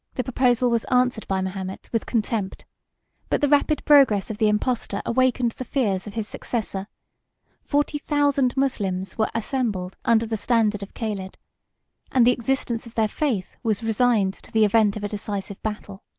the proposal was answered by mahomet with contempt but the rapid progress of the impostor awakened the fears of his successor forty thousand moslems were assembled under the standard of caled and the existence of their faith was resigned to the event of a decisive battle.